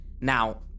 Now